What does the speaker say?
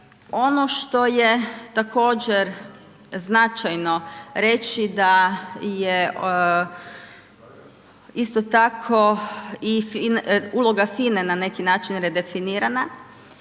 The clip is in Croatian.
Ono što je također značajno reći je da je uloga FINA-e na neki način redefinirana,